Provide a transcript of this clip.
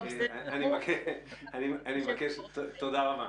תודה רבה.